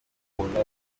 umuntu